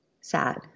sad